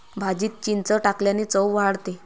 भाजीत चिंच टाकल्याने चव वाढते